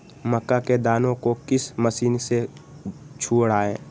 मक्का के दानो को किस मशीन से छुड़ाए?